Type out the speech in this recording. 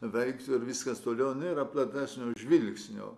veiks ir viskas toliau nėra platesnio žvilgsnio